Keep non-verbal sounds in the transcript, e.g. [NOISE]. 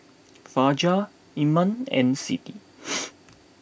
Fajar Iman and Siti [NOISE]